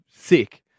sick